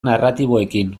narratiboekin